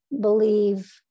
believe